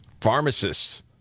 Pharmacists